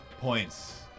points